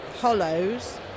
hollows